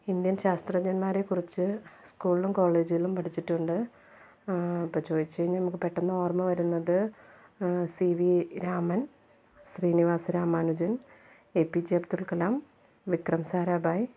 Indian ശാസ്ത്രജ്ഞന്മാരെ കുറിച്ച് സ്കൂളിലും കോളേജിലും പഠിച്ചിട്ടുണ്ട് അപ്പോൾ ചോദിച്ചു കഴിഞ്ഞാൽ നമുക്ക് പെട്ടെന്ന് ഓർമ്മ വരുന്നത് C V Raman Srinivasa Ramanujan APJ Abdul Kalam Vikram Sarabhai